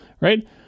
right